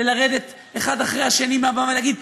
ולרדת אחד אחרי השני מהבמה ולהגיד,